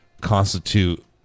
constitute